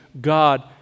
God